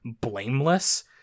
blameless